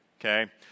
Okay